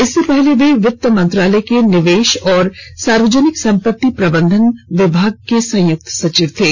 इससे पहले वे वित्त मंत्रालय के निवेश और सार्वजनिक संपत्ति प्रबंधन विभाग में संयुक्त सचिव थे